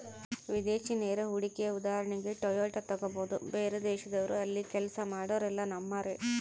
ವಿದೇಶಿ ನೇರ ಹೂಡಿಕೆಯ ಉದಾಹರಣೆಗೆ ಟೊಯೋಟಾ ತೆಗಬೊದು, ಬೇರೆದೇಶದವ್ರು ಅಲ್ಲಿ ಕೆಲ್ಸ ಮಾಡೊರೆಲ್ಲ ನಮ್ಮರೇ